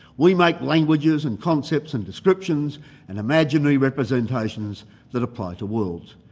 we make languages and concepts and descriptions and imaginary representations that apply to worlds.